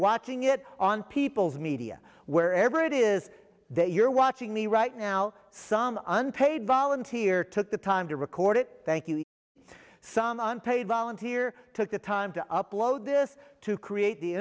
watching it on people's media wherever it is that you're watching me right now some unpaid volunteer took the time to record it thank you some unpaid volunteer took the time to upload this to create the